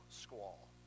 squall